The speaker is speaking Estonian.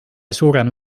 suurem